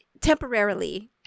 temporarily